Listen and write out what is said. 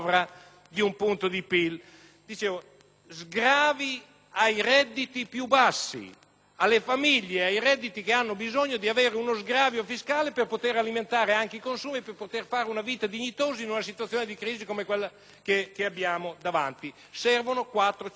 sgravi ai redditi più bassi, alle famiglie e ai redditi che hanno bisogno di avere uno sgravio fiscale per poter alimentare anche i consumi e per poter fare una vita dignitosa in una situazione di crisi come quella che abbiamo davanti. Servono 4-5 miliardi. Passando al tema